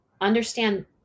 understand